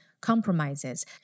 compromises